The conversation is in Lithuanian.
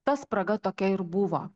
ta spraga tokia ir buvo